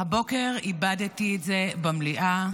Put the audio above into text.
הבוקר איבדתי את זה במליאה.